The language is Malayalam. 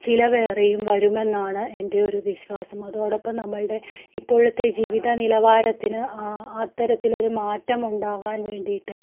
ചിലവേറെയും വരുമെന്നാണ് എൻ്റെ ഒരു വിശ്വാസം അതോടൊപ്പം നമ്മളുടെ ഇപ്പോഴത്തെ ജീവിത നിലവാരത്തിന് അത്തരത്തിലൊരു മാറ്റം ഉണ്ടാകാൻ വേണ്ടിയിട്ട്